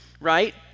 right